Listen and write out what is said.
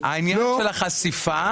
העניין של החשיפה.